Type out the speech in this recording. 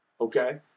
Okay